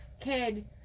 kid